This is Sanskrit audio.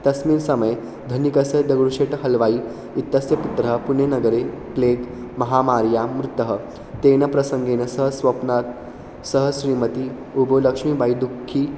तस्मिन् समये धनिकस्य दगुडुषेट् हल्वायि इत्यस्य पुत्रः पुनेनगरे प्लेग् महामार्या मृतः तेन प्रसङ्गेन स स्वप्नात् सह श्रीमति उबो लक्ष्मीबायि दुःखी